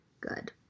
good